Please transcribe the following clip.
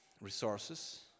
resources